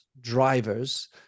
drivers